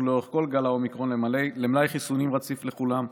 לאורך כל גל האומיקרון למלאי חיסונים רציף לכולם,